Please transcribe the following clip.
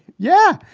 yeah.